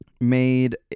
made